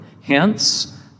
Hence